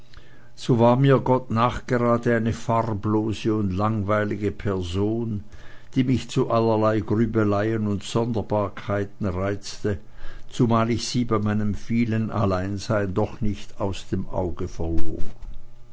so war mir gott nachgerade eine farblose und langweilige person die mich zu allerlei grübeleien und sonderbarkeiten reizte zumal ich sie bei meinem vielen alleinsein doch nicht aus dem sinne verlor